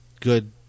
Good